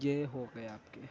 یہ ہو گیا آپ کے